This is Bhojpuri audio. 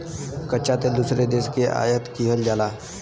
कच्चा तेल दूसरे देश से आयात किहल जाला